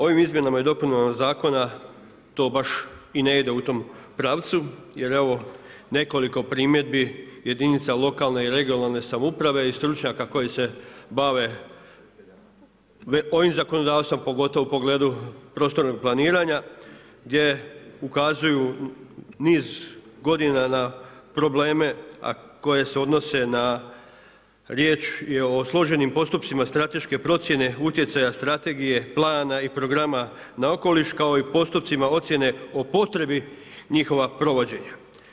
Ovim izmjenama i dopunama zakona, to baš i ne ide u tom pravcu, jer evo, nekoliko primjedbi jedinica lokalne i regionalne samouprave i stručnjaka koji se bave ovim zakonodavstvom, pogotovo u pogledu prostornog planiranja, gdje ukazuju niz godina na probleme, a koje se odnose na riječ o složenim postupcima strateške procjene, utjecaje strategije, plana i programa na okoliš, kao i o postotcima ocijene o potrebi njihova provođenja.